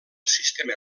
sistema